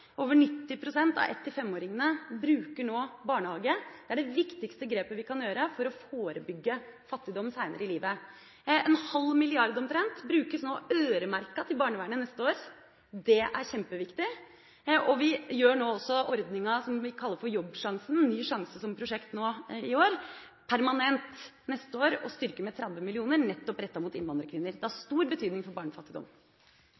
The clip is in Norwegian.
Over 90 pst. av 1–5-åringene går nå i barnehage. Det er det viktigste grepet vi kan gjøre for å forebygge fattigdom seinere i livet. En halv milliard, omtrent, er nå øremerket til barnevernet neste år – det er kjempeviktig. Vi gjør nå ordninga som vi kaller Jobbsjansen, som prosjekt nå i år, permanent, og neste år vil vi få en styrking med 30 mill. kr nettopp rettet mot innvandrerkvinner. Det har